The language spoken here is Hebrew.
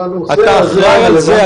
אתה אחראי על זה?